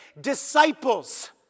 disciples